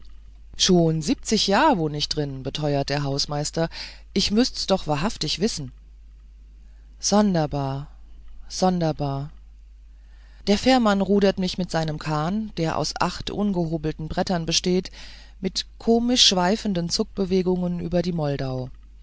schon siebzig jahr wohn ich drin beteuert der hausmeister ich müßt's doch wahrhaftig wissen sonderbar sonderbar der fährmann rudert mich in seinem kahn der aus acht ungehobelten brettern besteht mit komischen schiefen zuckbewegungen über die moldau